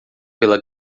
pela